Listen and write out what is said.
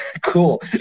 cool